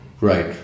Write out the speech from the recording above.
Right